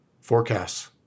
Forecasts